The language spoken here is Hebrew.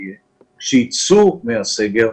כשיצאו מהסגר,